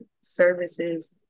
services